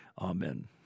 Amen